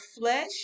flesh